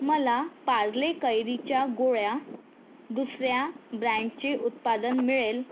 मला पार्ले कैरीच्या गोळ्या दुसर्या ब्रँडचे उत्पादन मिळेल